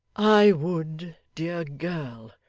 i would, dear girl,